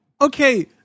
Okay